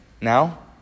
now